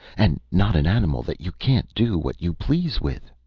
and not an animal that you can't do what you please with,